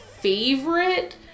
favorite